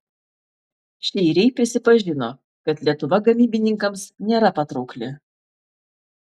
šeiriai prisipažino kad lietuva gamybininkams nėra patraukli